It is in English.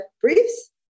briefs